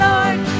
Lord